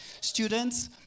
Students